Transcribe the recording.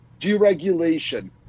deregulation